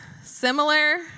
Similar